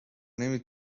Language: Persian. نمی